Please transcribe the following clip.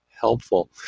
helpful